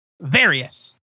Various